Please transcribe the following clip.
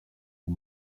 aux